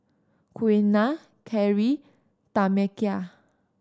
Quiana Kari Tamekia